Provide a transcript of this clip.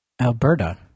Alberta